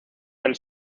del